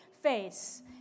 face